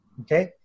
okay